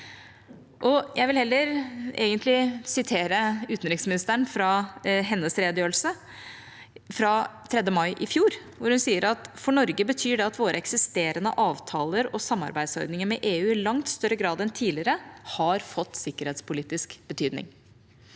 egentlig heller sitere utenriksministeren fra hennes redegjørelse 3. mai i fjor, hvor hun sier: «For Norge betyr det at våre eksisterende avtaler og samarbeidsordninger med EU i langt større grad enn tidligere har fått en sikkerhetspolitisk betydning.»